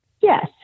Yes